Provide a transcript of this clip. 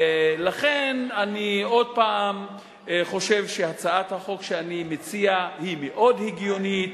לכן אני עוד פעם חושב שהצעת החוק שאני מציע היא מאוד הגיונית,